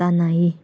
ꯇꯥꯟꯅꯩꯌꯦ